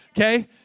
okay